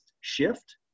shift